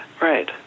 Right